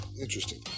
interesting